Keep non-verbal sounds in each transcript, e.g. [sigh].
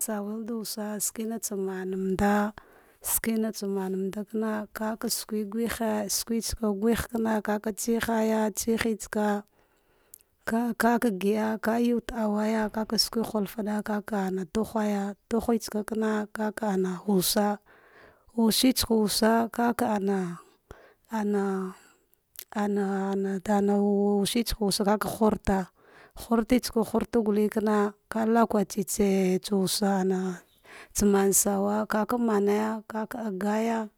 Ka sawel da wusa, shikna tsamanta shivi tsa manda kara, kaka suke guhe suvetsaka guh-kana. vaka tsihaya tsehe tsaka vavaka ka gida ka yuvo ta auwaya kaka ana tuhaya luhe tsava kana vaka vaka suke nufada ka tukeya tuhika kana ka wusa, wuse kava wusa kaka ana ana ana dan wusutseka wusa, ka hurta hurte tsa huta ka lokaci luwuse ana tsa man sawa va manaya ka ka gaga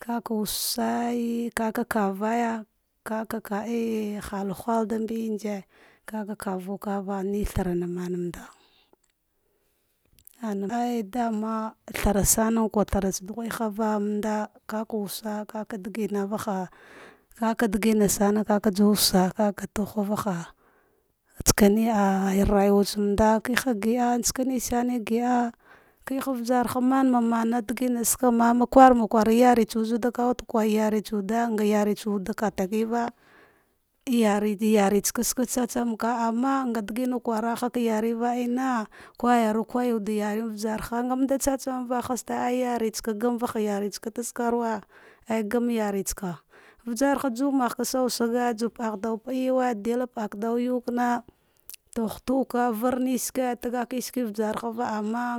kaka wusai ka ka kavayal kakaci halulal dame engy ka kavu kalea mthrana mammarda [unintelligible] dama thara sanakwa tharatha dughehava manda ka ka wusa kaka digma vaha. kaka adigina sane da wusa valna kava tuhavaha tsarkma ali rayuwa tsanda gida shikne saree giɗa kiha usarha mamand kwarmakwa rayartsa ka ah wude kwe yere tsa wude ngayantsa wude kate keva, yaritsa ve tsatsamka nga digina kwara nayariva ah ina, kuyari kuywvu yam yaringhamangtasa tsatsamva haste ayantsa ka gamu va rayitsa sakawa gam yaritsaka, ujarha jumagha susaga badgh daw pe yauwe, del paldaukna to hutuka varneseke tagivesve vgarha ama.